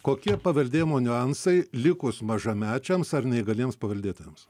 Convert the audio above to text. kokie paveldėjimo niuansai likus mažamečiams ar neįgaliems paveldėtojams